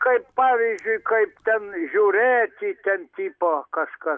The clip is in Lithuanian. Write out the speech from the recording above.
kaip pavyzdžiui kaip ten žiūrėti ten tipo kažkas